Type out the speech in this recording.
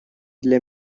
для